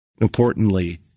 Importantly